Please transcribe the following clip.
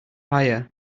higher